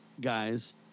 guys